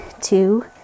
two